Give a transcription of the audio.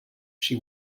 she